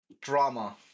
Drama